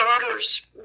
daughter's